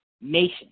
nation